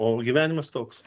o gyvenimas toks